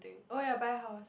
oh ya buy house